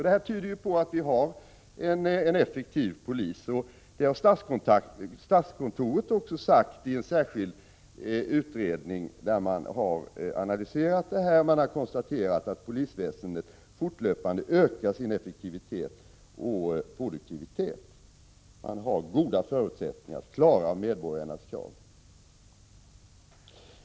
Det tyder på att vi har en effektiv polis, och det har statskontoret också sagt i en utredning där man har analyserat frågan och konstaterat att polisväsendet fortlöpande ökar sin effektivitet och produktivitet och har goda förutsättningar att klara medborgarnas krav.